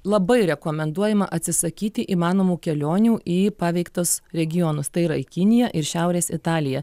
labai rekomenduojama atsisakyti įmanomų kelionių į paveiktus regionus tai yra į kiniją ir šiaurės italiją